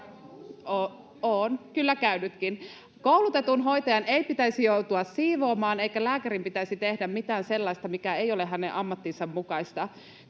Olen kyllä käynytkin. — Koulutetun hoitajan ei pitäisi joutua siivoamaan, eikä lääkärin pitäisi tehdä mitään sellaista, mikä ei ole hänen ammattinsa mukaista.